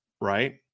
right